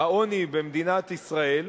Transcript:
העוני במדינת ישראל,